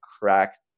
cracked